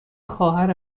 خواهر